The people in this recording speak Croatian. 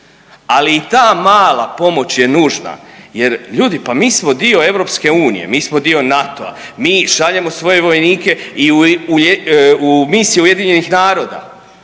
ali i ta mala pomoć je nužna jer ljudi pa mi smo dio EU, mi smo dio NATO-a, mi šaljemo svoje vojnike i u misije UN-a. Mi smo